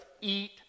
eat